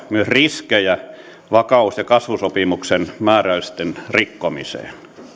myös riskejä vakaus ja kasvusopimuksen määräysten rikkomiseen